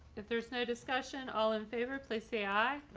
if there's no discussion all in favor, please say aye.